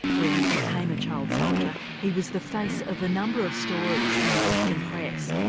where he became a child soldier, he was the face of a number of stories in the western press.